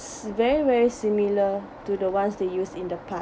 very very similar to the ones they use in the pa~